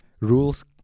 rules